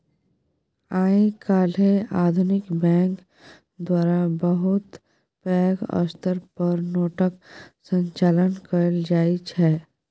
आइ काल्हि आधुनिक बैंक द्वारा बहुत पैघ स्तर पर नोटक संचालन कएल जाइत छै